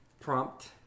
prompt